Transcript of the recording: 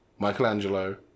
Michelangelo